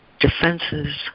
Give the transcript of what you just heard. defenses